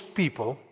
people